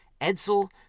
Edsel